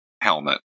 helmet